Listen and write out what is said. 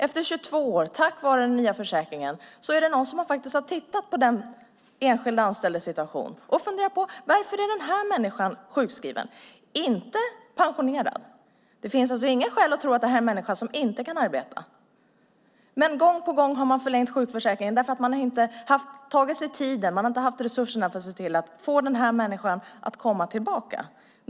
Efter 22 år, tack vare den nya försäkringen, är det någon som har tittat på den enskilda anställdes situation och funderat: Varför är den här människan sjukskriven? Personen har inte varit pensionerad, och det finns alltså inga skäl att tro att det är en människa som inte kan arbeta, men man har gång på gång förlängt sjukförsäkringen, för man har inte haft tid och resurser att få människan att komma tillbaka.